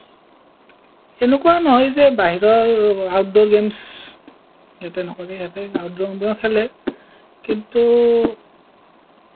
এনেকুৱা নহয় যে বাহিৰৰ আউটড'ৰ গেমছ সিহঁতে নকৰে সিহঁতে আউটড'ৰসমূহো খেলে কিন্তু